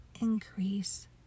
increase